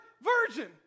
virgin